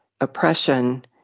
oppression